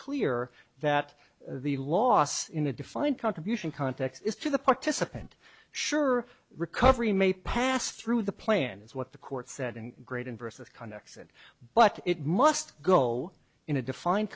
clear that the loss in a defined contribution context is to the participant sure recovery may pass through the plan is what the court said in great inverse of connection but it must go in a defined